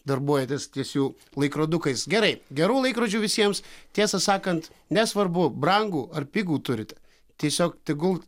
darbuojatės ties jų laikrodukais gerai gerų laikrodžių visiems tiesą sakant nesvarbu brangų ar pigų turite tiesiog tegul